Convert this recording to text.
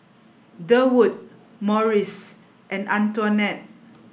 Durwood Morris and Antionette